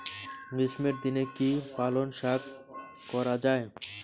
গ্রীষ্মের দিনে কি পালন শাখ করা য়ায়?